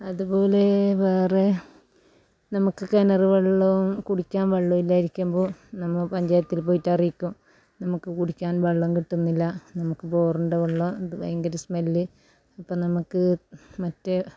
അതുപോലെ വേറെ നമുക്ക് കിണർ വെള്ളം കുടിക്കാൻ വെള്ളമില്ലാതിരിക്കുമ്പോൾ നമ്മ പഞ്ചായത്തിൽ പോയിട്ടറിയിക്കും നമുക്ക് കുടിക്കാൻ വെള്ളം കിട്ടുന്നില്ല നമുക്ക് ബോറിൻ്റെ വെള്ളം ഭയങ്കര സ്മെല്ല് അപ്പം നമുക്ക് മറ്റേ